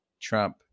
Trump